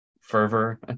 fervor